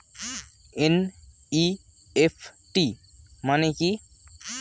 NEFT মানে কি?